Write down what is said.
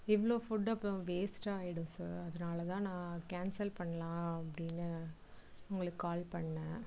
இவ்வளோ ஃபுட் அப்புறம் வேஸ்ட்டாகிடும் சார் அதனாலதான் நான் கேன்சல் பண்ணலாம் அப்படினு உங்களுக்கு கால் பண்ணேன்